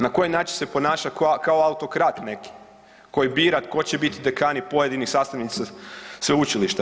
Na koji način se ponaša, ko, kao autokrat neki koji bira tko će biti dekani pojedinih sastavnica sveučilišta.